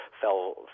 fell